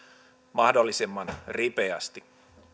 mahdollisimman ripeästi